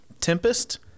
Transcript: Tempest